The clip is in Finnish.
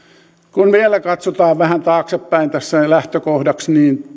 kun vielä katsotaan vähän taaksepäin tässä lähtökohdaksi